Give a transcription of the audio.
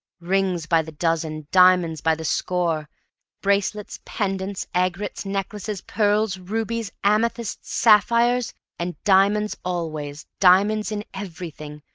rings by the dozen, diamonds by the score bracelets, pendants, aigrettes, necklaces, pearls, rubies, amethysts, sapphires and diamonds always, diamonds in everything,